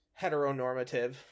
heteronormative